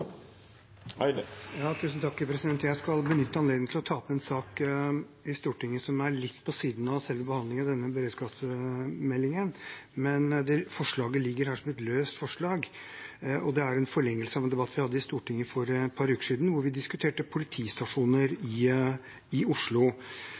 Stortinget som er litt på siden av selve behandlingen av denne beredskapsmeldingen. Det ligger et forslag her som et løst forslag, og det er i forlengelsen av en debatt som vi hadde i Stortinget for et par uker siden, hvor vi diskuterte politistasjoner